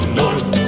north